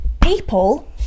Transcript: People